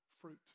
Fruit